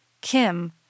Kim